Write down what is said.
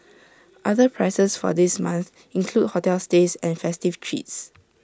other prizes for this month include hotel stays and festive treats